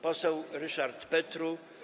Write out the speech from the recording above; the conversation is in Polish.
Poseł Ryszard Petru.